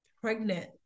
pregnant